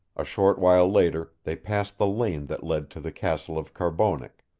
a short while later they passed the lane that led to the castle of carbonek.